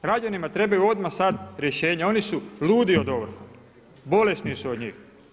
Građanima trebaju odmah sad rješenja, oni su ludi od ovrha, bolesni su od njih.